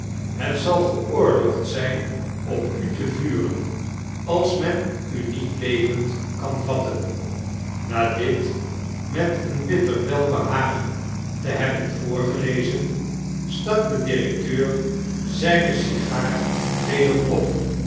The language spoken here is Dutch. het zal geoorloofd zijn op u te vuren als men u niet levend kan vatten na dit met een bitter welbehagen te hebben voorgelezen stak de directeur zgne sigaarweder op